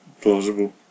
plausible